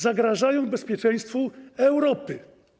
Zagrażają bezpieczeństwu Europy.